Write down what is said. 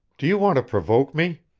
do you want to provoke me?